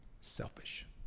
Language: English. selfish